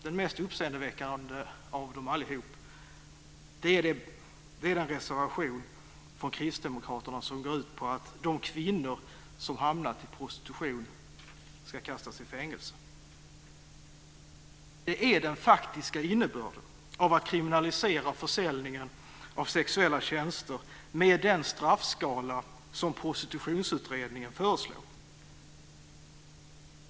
Den mest uppseendeväckande av dem allihop är den reservation från Kristdemokraterna som går ut på att de kvinnor som hamnat i prostitution ska kastas i fängelse. Det är den faktiska innebörden av att kriminalisera försäljningen av sexuella tjänster med den straffskala som Prostitutionsutredningen föreslog.